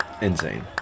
Insane